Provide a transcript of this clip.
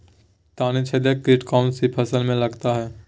तनाछेदक किट कौन सी फसल में लगता है?